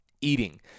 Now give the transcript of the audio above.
eating